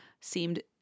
seemed